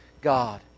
God